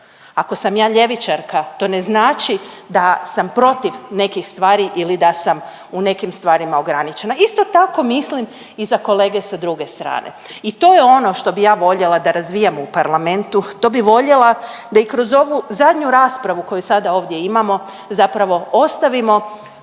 Ako sam ja ljevičarka to ne znači da sam protiv nekih stvari ili da sam u nekim stvarima ograničena. Isto tako mislim i za kolege sa druge strane i to je ono što bi ja voljela da razvijamo u parlamentu, to bi voljela da i kroz ovu zadnju raspravu koju sada ovdje imamo zapravo ostavimo